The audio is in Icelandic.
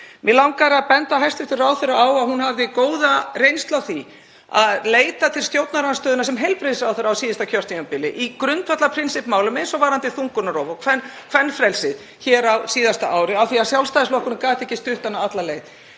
Mig langar að benda hæstv. ráðherra á að hún hefur góða reynslu af því að leita til stjórnarandstöðunnar sem heilbrigðisráðherra á síðasta kjörtímabili í grundvallarprinsippmálum eins og varðandi þungunarrof og kvenfrelsi á síðasta ári af því að Sjálfstæðisflokkurinn gat ekki stutt hana alla leið.